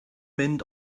mynd